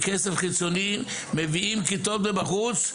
מכסף חיצוני מביאים כיתות מבחוץ,